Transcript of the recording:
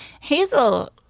Hazel